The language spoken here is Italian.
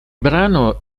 brano